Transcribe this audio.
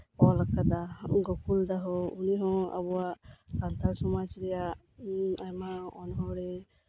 ᱚᱞ ᱟᱠᱟᱫᱟ ᱜᱚᱠᱩᱞ ᱫᱟ ᱦᱚᱸ ᱩᱱᱤᱦᱚᱸ ᱟᱵᱚᱣᱟᱜ ᱥᱟᱱᱛᱟᱲ ᱥᱚᱢᱟᱡᱽ ᱨᱮᱭᱟᱜ ᱟᱭᱢᱟ ᱚᱱᱚᱬᱦᱮ